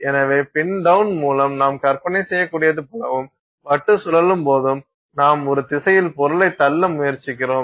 எனவே பின் டவுன் மூலம் நாம் கற்பனை செய்யக்கூடியது போலவும் வட்டு சுழலும் போதும் நாம் ஒரு திசையில் பொருளைத் தள்ள முயற்சிக்கிறோம்